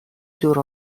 دور